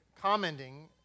commenting